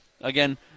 again